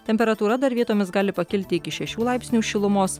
temperatūra dar vietomis gali pakilti iki šešių laipsnių šilumos